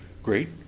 great